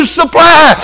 supply